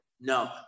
No